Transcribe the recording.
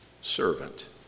servant